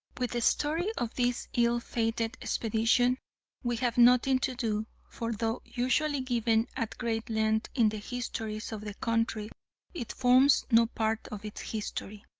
with the story of this ill-fated expedition we have nothing to do, for though usually given at great length in the histories of the country it forms no part of its history,